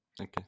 Okay